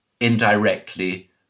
indirectly